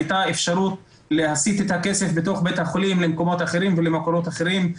הייתה אפשרות להסיט את הכסף בתוך בית החולים למקומות ולמקורות אחרים,